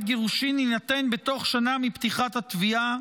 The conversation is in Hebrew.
גירושין יינתן בתוך שנה מפתיחת התביעה,